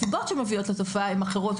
הסיבות שמביאות לתופעה הן אחרות,